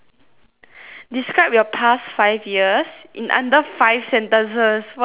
describe your past five years in under five sentences what the heck